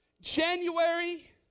January